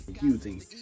using